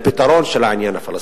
לפתרון של העניין הפלסטיני,